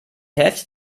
hälfte